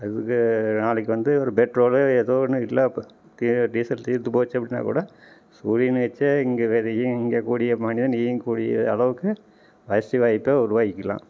அதுக்கு நாளைக்கு வந்து ஒரு பெட்ரோலு ஏதோ ஒன்று இல்லை அப்பு டீ டீசல் தீர்ந்து போச்சு அப்படின்னா கூட சூரியனை வைச்சே இங்கே வேறு எதையும் இங்கே கூடிய மனிதன் இயங்க கூடிய அளவுக்கு வசதி வாய்ப்பை உருவாக்கிக்கலாம்